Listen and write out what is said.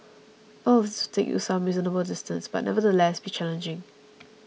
all of these will take you some reasonable distance but it will nevertheless be challenging